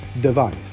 Device